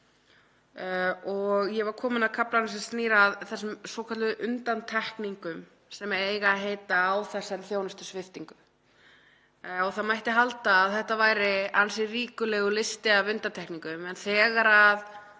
gr. Ég var komin að kaflanum sem snýr að þessum svokölluðu undantekningum, sem eiga að heita, á þessari þjónustusviptingu. Það mætti halda að þetta væri ansi ríkulegur listi af undantekningum en þegar